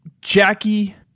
Jackie